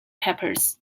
peppers